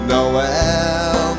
Noel